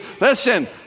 Listen